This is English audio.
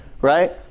right